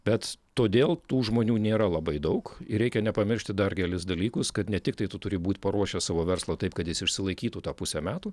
bet todėl tų žmonių nėra labai daug ir reikia nepamiršti dar kelis dalykus kad ne tiktai tu turi būt paruošęs savo verslą taip kad jis išsilaikytų tą pusę metų